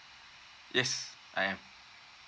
yes I am